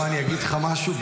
אני אגיד לך משהו.